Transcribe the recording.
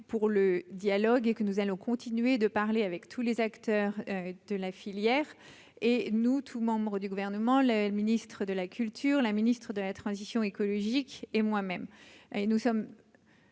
pour le dialogue et que nous allons continuer de parler avec tous les acteurs de la filière et nous tous, membres du gouvernement, le ministre de la culture, la Ministre de la transition écologique et moi-même, et nous sommes.